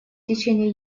течение